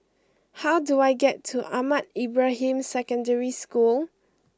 how do I get to Ahmad Ibrahim Secondary School